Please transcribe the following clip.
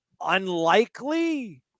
Unlikely